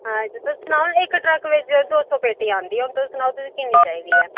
हां तुस सनाओ इक ट्रक बिच्च दो सौ पेटी आंदी ऐ हून तुस सनाओ तुसें किन्नी चाहिदी ऐ